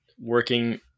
working